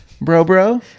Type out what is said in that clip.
bro-bro